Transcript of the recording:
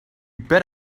bet